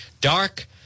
dark